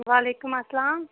وعلیکُم اسلام